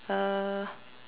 uh